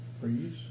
Freeze